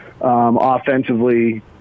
offensively